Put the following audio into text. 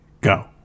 go